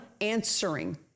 answering